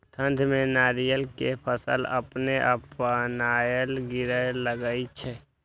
ठंड में नारियल के फल अपने अपनायल गिरे लगए छे?